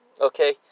okay